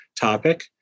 topic